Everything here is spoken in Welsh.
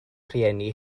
rhieni